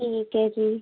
ਠੀਕ ਹੈ ਜੀ